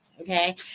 Okay